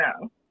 no